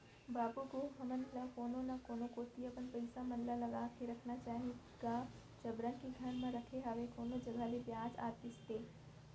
बाबू गो हमन ल कोनो न कोनो कोती अपन पइसा मन ल लगा के रखना चाही गा जबरन के घर म रखे हवय कोनो जघा ले बियाज आतिस ते